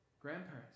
Grandparents